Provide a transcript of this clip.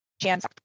chance